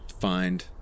Find